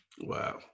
Wow